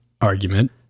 argument